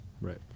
Right